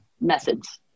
methods